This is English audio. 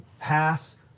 pass